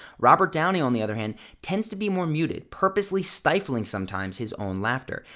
robert downey on the other hand tends to be more muted, purposely stifling sometimes his own laughter.